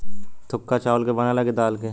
थुक्पा चावल के बनेला की दाल के?